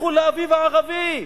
לכו לאביב הערבי,